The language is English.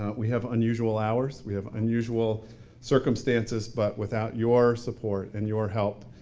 we have unusual hours, we have unusual circumstances, but without your support and your help,